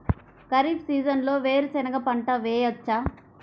ఖరీఫ్ సీజన్లో వేరు శెనగ పంట వేయచ్చా?